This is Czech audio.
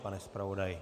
Pane zpravodaji.